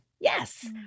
Yes